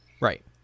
right